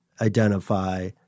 identify